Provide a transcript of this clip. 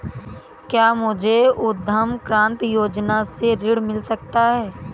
क्या मुझे उद्यम क्रांति योजना से ऋण मिल सकता है?